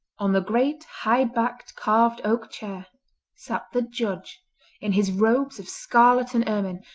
on the great high-backed carved oak chair sat the judge in his robes of scarlet and ermine,